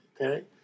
Okay